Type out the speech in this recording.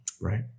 Right